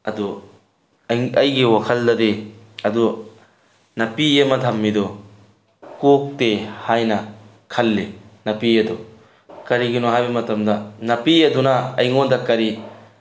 ꯑꯗꯣ ꯑꯩꯒꯤ ꯋꯥꯈꯜꯗꯗꯤ ꯑꯗꯣ ꯅꯥꯄꯤ ꯑꯃ ꯊꯝꯃꯤꯗꯣ ꯀꯣꯛꯇꯦ ꯍꯥꯏꯅ ꯈꯜꯂꯤ ꯅꯥꯄꯤ ꯑꯗꯨ ꯀꯔꯤꯒꯤꯅꯣ ꯍꯥꯏꯕ ꯃꯇꯝꯗ ꯅꯥꯄꯤ ꯑꯗꯨꯅ ꯑꯩꯉꯣꯟꯗ ꯀꯔꯤ